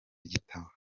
igitabo